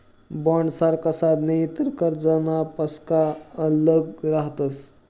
बॉण्डसारखा साधने इतर कर्जनापक्सा आल्लग रहातस